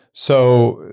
so,